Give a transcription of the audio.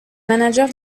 manager